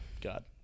god